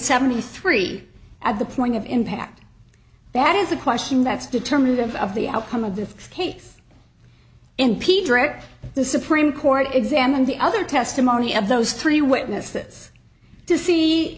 seventy three at the point of impact that is a question that's determinative of the outcome of the case in piedras the supreme court examined the other testimony of those three witnesses to see